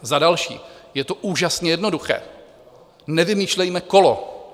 Za další, je to úžasně jednoduché, nevymýšlejme kolo.